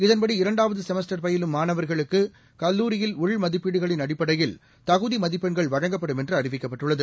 இதன்படி இரண்டாவதுசெமஸ்டர் பயிலும் மாணவர்களுக்குகல்லூரியில் உள்மதிப்பீடுகளின் அடிப்படையில் தகுதிமதிப்பெண்கள் வழங்கப்படும் என்றுஅறிவிக்கப்பட்டுள்ளது